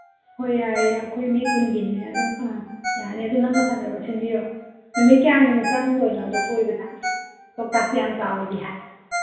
ꯍꯣꯏ ꯌꯥꯏꯌꯦ ꯑꯩꯈꯣꯏ ꯃꯤ ꯀꯨꯟꯒꯤꯅꯤꯅ ꯑꯗꯨꯝ ꯑꯥ ꯌꯥꯅꯤ ꯑꯗꯨꯝ ꯅꯪꯅ ꯐꯅꯕ ꯁꯤꯟꯕꯤꯔꯣ ꯅꯨꯃꯤꯠ ꯀꯌꯥꯅꯤꯃꯨꯛ ꯆꯪꯗꯣꯏꯅꯣ ꯑꯗꯨ ꯀꯣꯏꯕꯗ ꯂꯣꯛꯇꯥꯛꯁꯤ ꯌꯥꯝ ꯆꯥꯎꯋꯤꯗꯤ ꯍꯥꯏ